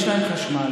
יש להם חשמל.